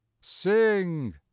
Sing